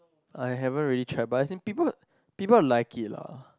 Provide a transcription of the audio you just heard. I haven't really tried but as in people people like it lah